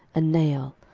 and neiel,